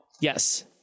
Yes